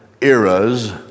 eras